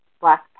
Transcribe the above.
black